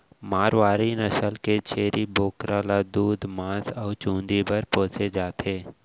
मारवारी नसल के छेरी बोकरा ल दूद, मांस अउ चूंदी बर पोसे जाथे